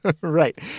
Right